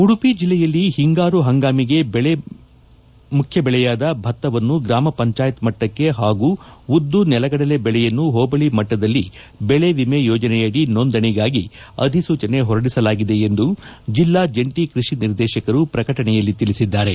ಉಡುಪಿ ಜಿಲ್ಲೆಯಲ್ಲಿ ಹಿಂಗಾರು ಹಂಗಾಮಿಗೆ ಮುಖ್ಯ ಬೆಳೆಯಾದ ಭತ್ತವನ್ನು ಗ್ರಾಮ ಪಂಚಾಯತ್ ಮಟ್ಟಕ್ಕೆ ಹಾಗೂ ಉದ್ದು ನೆಲಗಡಲೆ ಬೆಳೆಯನ್ನು ಹೋಬಳಿ ಮಟ್ಟದಲ್ಲಿ ಬೆಳೆ ವಿಮೆ ಯೋಜನೆ ಅಡಿ ನೋಂದಣಿಗಾಗಿ ಅಧಿಸೂಚನೆ ಹೊರಡಿಸಲಾಗಿದೆ ಎಂದು ಜಿಲ್ಲಾ ಜಂಟಿ ಕೃಷಿ ನಿರ್ದೇಶಕರು ಪ್ರಕಟಣೆಯಲ್ಲಿ ತಿಳಿಸಿದ್ದಾರೆ